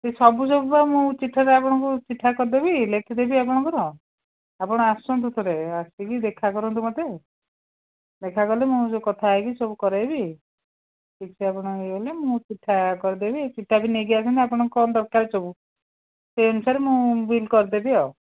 ସେଇ ସବୁ ସବୁ ବା ମୁଁ ଚିଠାରେ ଆପଣଙ୍କୁ ଚିଠା କରିଦେବି ଲେଖିଦେବି ଆପଣଙ୍କର ଆପଣ ଆସନ୍ତୁ ଥରେ ଆସିକି ଦେଖା କରନ୍ତୁ ମୋତେ ଦେଖାକଲେ ମୁଁ କଥା ହେଇକି ସବୁ କରେଇବି କିଛି ଆପଣଙ୍କ ହେଇଗଲେ ମୁଁ ଚିଠା କରିଦେବି ଚିଠା ବି ନେଇକି ଆସନ୍ତୁ ଆପଣଙ୍କର କ'ଣ ଦରକାର ସବୁ ସେଇ ଅନୁସାରେ ମୁଁ ବିଲ୍ କରିଦେବି ଆଉ